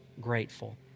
grateful